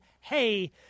hey –